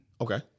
Okay